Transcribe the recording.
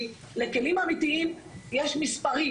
לכלים אמיתיים יש מספרים: